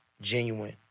Genuine